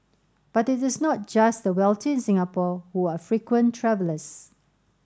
but it is not just the wealthy in Singapore who are frequent travellers